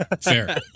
fair